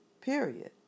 Period